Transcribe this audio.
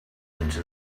into